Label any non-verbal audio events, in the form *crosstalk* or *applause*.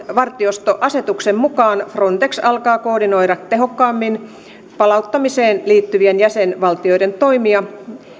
*unintelligible* merivartiostoasetuksen mukaan frontex alkaa koordinoida tehokkaammin palauttamiseen liittyvien jäsenvaltioiden toimia